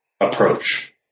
approach